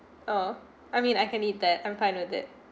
oh I mean I can eat that I'm fine with that